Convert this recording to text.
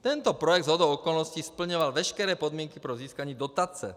Tento projekt shodou okolností splňoval veškeré podmínky pro získání dotace.